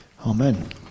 Amen